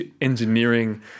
engineering